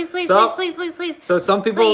um please, ah please, please, please. so some people.